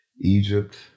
Egypt